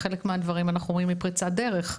בחלק מהדברים אנחנו רואים שהטכנולוגיה הזו היא פריצת דרך,